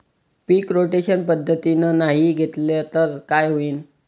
पीक rotation पद्धतीनं नाही घेतलं तर काय होईन?